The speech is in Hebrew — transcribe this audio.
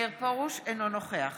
אינו נוכח